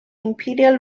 imperial